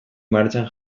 martxan